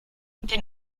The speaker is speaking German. den